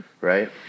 right